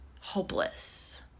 hopeless